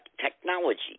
technology